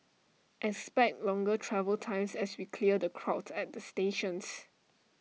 expect longer travel times as we clear the crowds at the stations